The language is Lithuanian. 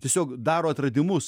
tiesiog daro atradimus